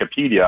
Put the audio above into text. Wikipedia